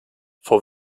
vor